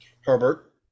Herbert